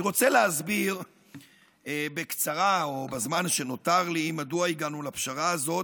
אני רוצה להסביר בקצרה או בזמן שנותר לי מדוע הגענו לפשרה הזאת,